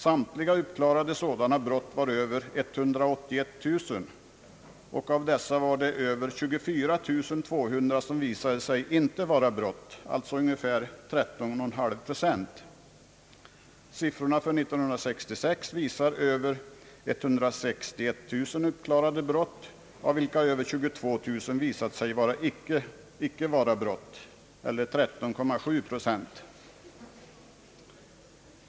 Samtliga uppklarade dylika brott överskred siffran 181 000. Av dessa visade sig mer än 24 200 i själva verket inte vara brott, dvs. ungefär 13,5 procent. Motsvarande siffror för 1966 är drygt 161 200 uppklarade brott; 13,7 procent av dessa, eller mer än 22 000, har visat sig inte vara brott.